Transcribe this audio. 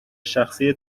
شخصی